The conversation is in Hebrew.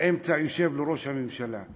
באמצע יושב לו ראש הממשלה,